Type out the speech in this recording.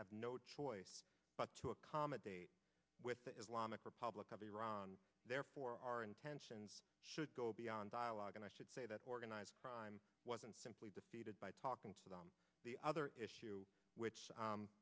have no choice but to accommodate with the islamic republic of iran therefore our intentions should go beyond dialogue and i should say that organized crime wasn't simply defeated by talking about the other issue which